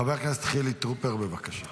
חבר הכנסת חילי טרופר, בבקשה.